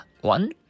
one